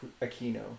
Aquino